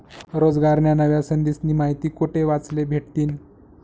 रोजगारन्या नव्या संधीस्नी माहिती कोठे वाचले भेटतीन?